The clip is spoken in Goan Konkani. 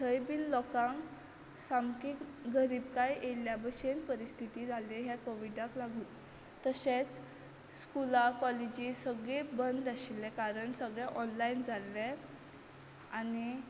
थंय बीन लोकांक सामकी गरीबकाय येयल्या भशेन परिस्थिती जाली कोविडाक लागून तशेंच स्कुलां कॉलेजीस सगळीं बंद आशिल्लें कारण सगळें ऑनलायन जाल्लें आनी